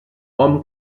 hom